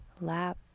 lap